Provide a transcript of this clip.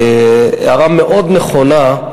הערה מאוד נכונה,